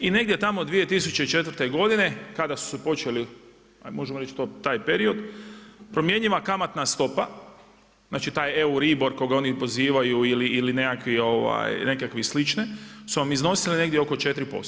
I negdje tamo 2004. godine kada su počeli, možemo reći taj period, promjenjiva kamatna stopa, znači taj Euribor koga oni pozivaju ili nekakve slične, su vam iznosile negdje oko 4%